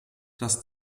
das